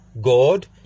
God